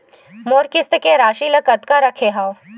मोर किस्त के राशि ल कतका रखे हाव?